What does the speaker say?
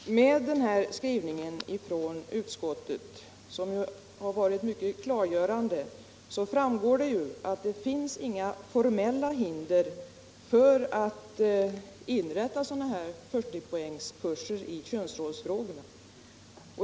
Herr talman! Av den här skrivningen från utskottet - som varit mycket klargörande — framgår att det inte finns formella hinder för att inrätta 40-poängskurser i könsrollsfrågorna.